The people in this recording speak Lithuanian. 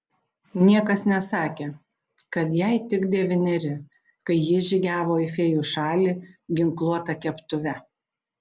niekas nesakė kad jai tik devyneri kai ji žygiavo į fėjų šalį ginkluota keptuve